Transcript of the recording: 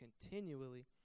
continually